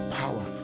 power